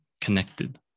connected